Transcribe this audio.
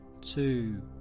two